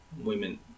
Women